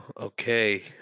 Okay